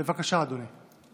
בבקשה, אדוני.